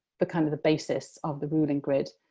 the, kind of, the basis of the ruling grid.